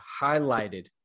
highlighted